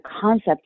concept